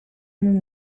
non